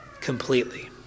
completely